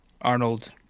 Arnold